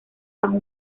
bajo